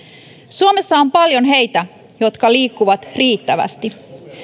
suomessa on paljon heitä jotka liikkuvat riittävästi